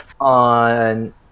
on